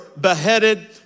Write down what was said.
beheaded